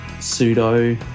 pseudo